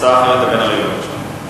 הצעה אחרת לבן-ארי, בבקשה.